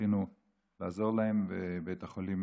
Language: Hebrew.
זכינו לעזור להם ובית החולים